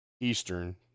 Eastern